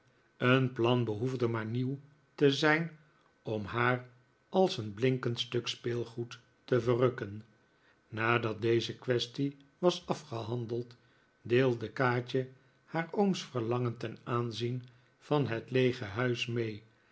een plan behoefde maar nieuw te zijn om haar als een blinkend stuk speelgoed te verrukken nadat deze quaestie was afgehandeld deelde kaatje haar ooms verlangen ten aanzien van het leege huis inee